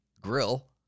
grill